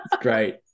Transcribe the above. Great